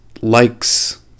likes